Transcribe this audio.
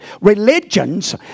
religions